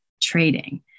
trading